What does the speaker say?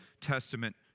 Testament